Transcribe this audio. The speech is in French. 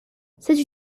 c’est